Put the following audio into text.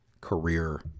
career